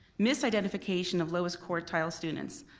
misidentification of lowest quartile students,